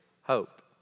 hope